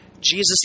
Jesus